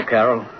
Carol